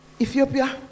Ethiopia